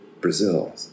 Brazil